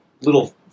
little